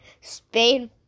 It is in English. Spain